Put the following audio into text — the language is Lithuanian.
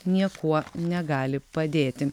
niekuo negali padėti